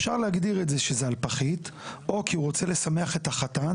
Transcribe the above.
אפשר להגדיר את זה שזה על פחית או כי הוא רוצה לשמח את החתן